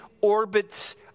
orbits